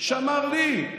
שאמר לי,